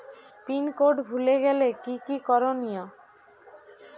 Pin code ভুলে গেলে কি কি করনিয়?